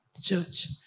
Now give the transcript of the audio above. church